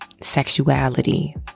sexuality